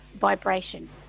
vibration